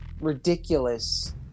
ridiculous